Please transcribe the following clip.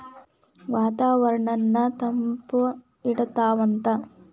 ವಾತಾವರಣನ್ನ ತಂಪ ಇಡತಾವಂತ